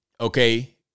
okay